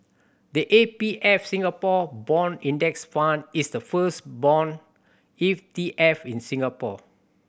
the A B F Singapore Bond Index Fund is the first bond E T F in Singapore